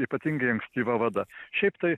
ypatingai ankstyva vada šiaip tai